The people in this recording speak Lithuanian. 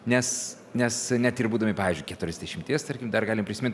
nes nes net ir būdami pavyzdžiui keturiasdešimties tarkim dar galim prisimint